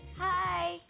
Hi